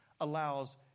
allows